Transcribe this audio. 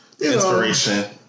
Inspiration